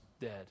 dead